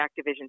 Activision